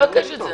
נבקש את זה.